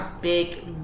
Big